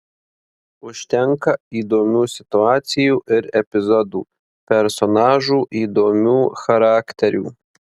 užtenka įdomių situacijų ir epizodų personažų įdomių charakterių